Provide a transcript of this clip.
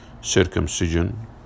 circumcision